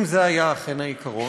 אם זה היה אכן העיקרון,